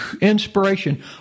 inspiration